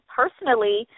personally